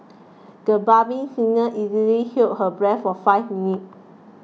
the budding singer easily held her breath for five minutes